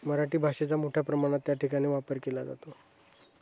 मराठी भाषेचा मोठ्या प्रमाणात त्या ठिकाणी वापर केला जातो